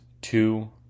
two